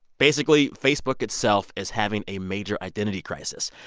basically facebook itself is having a major identity crisis,